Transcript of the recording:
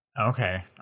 Okay